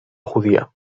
judía